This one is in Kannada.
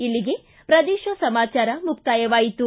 ಇಲ್ಲಿಗೆ ಪ್ರದೇಶ ಸಮಾಚಾರ ಮುಕ್ತಾಯವಾಯಿತು